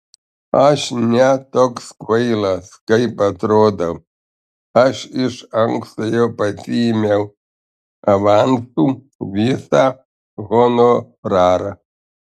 aš ne toks kvailas kaip atrodau aš iš anksto jau pasiėmiau avansu visą honorarą